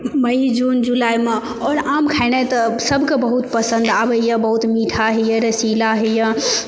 मइ जून जुलाइमे आओर आम खेनाइ तऽ सबकेँ बहुत पसन्द आबैए बहुत मीठा होइए रसीला होइए